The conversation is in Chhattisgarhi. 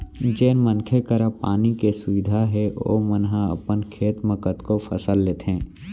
जेन मनसे करा पानी के सुबिधा हे ओमन ह अपन खेत म कतको फसल लेथें